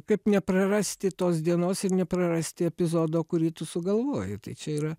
kaip neprarasti tos dienos ir neprarasti epizodo kurį tu sugalvojai tai čia yra